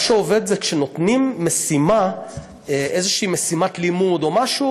מה שעובד זה כשנותנים איזושהי משימת לימוד או משהו,